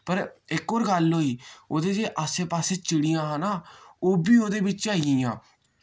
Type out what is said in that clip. पर इक होर गल्ल होई ओह्दे जे आस्से पास्से चिड़ियां हा ना ओह् बी ओह्दे बिच आई गेइयां